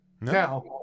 Now